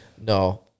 No